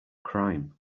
crime